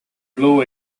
blow